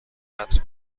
عطر